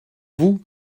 vous